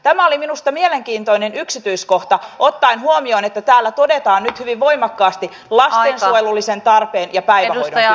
tämä oli minusta mielenkiintoinen yksityiskohta ottaen huomioon että täällä todetaan nyt hyvin voimakkaasti lastensuojelullisen tarpeen ja päivähoidon kytkös